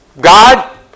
God